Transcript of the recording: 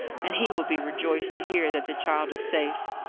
and he will be rejoiced to hear that the child is safe.